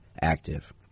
active